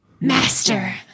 Master